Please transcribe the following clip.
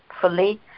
fully